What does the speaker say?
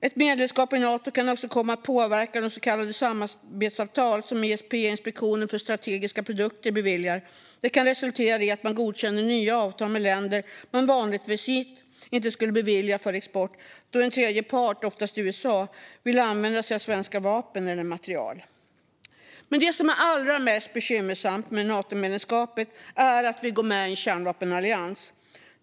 Ett medlemskap i Nato kan också komma att påverka de så kallade samarbetsavtal som ISP, Inspektionen för strategiska produkter, beviljar. Det kan resultera i att man godkänner nya avtal med länder man vanligtvis inte skulle bevilja export till då en tredje part, oftast USA, vill använda sig av svenska vapen eller svensk materiel. Det som är allra mest bekymmersamt med Natomedlemskapet är att vi går med i en kärnvapenallians.